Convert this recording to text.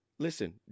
Listen